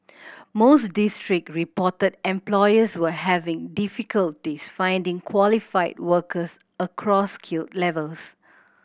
most district reported employers were having difficulties finding qualified workers across skill levels